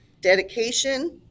Dedication